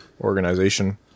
organization